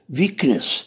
weakness